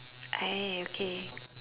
ah okay